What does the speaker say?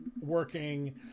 working